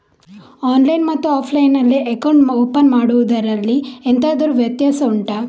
online ಮತ್ತು offline ನಲ್ಲಿ account open ಮಾಡುವುದರಲ್ಲಿ ಎಂತಾದರು ವ್ಯತ್ಯಾಸ ಉಂಟಾ